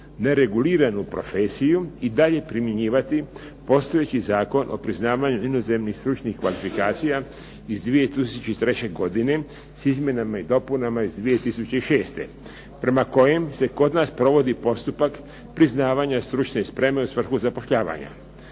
nereguliranu profesiju i dalje primjenjivati postojeći Zakon o priznavanju inozemnih stručnih kvalifikacija iz 2003. godine s izmjenama i dopunama iz 2006. prema kojem se kod nas provodi postupak priznavanja stručne spreme u svrhu zapošljavanja.